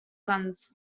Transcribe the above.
funds